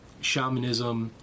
shamanism